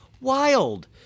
wild